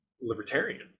libertarian